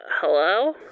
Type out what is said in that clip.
hello